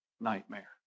nightmare